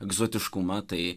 egzotiškumą tai